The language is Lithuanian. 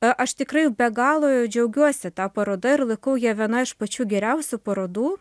a aš tikrai be galo džiaugiuosi ta paroda ir laikau ją viena iš pačių geriausių parodų